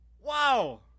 Wow